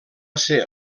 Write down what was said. ser